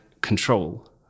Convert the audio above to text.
control